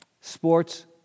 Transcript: sports